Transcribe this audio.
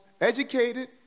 educated